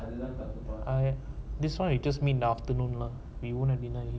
I learn that I this one you just meet the afternoon lah we won't deny